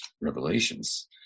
revelations